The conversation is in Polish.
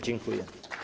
Dziękuję.